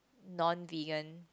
non vegan